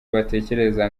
batekereza